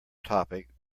topic